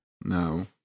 No